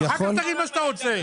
אחר כך תגיד מה שאתה רוצה.